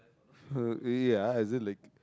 uh eh ya ah is it like